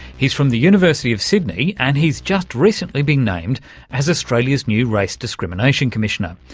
he's from the university of sydney and he's just recently been named as australia's new race discrimination commissioner.